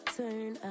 turn